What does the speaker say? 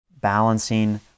balancing